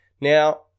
Now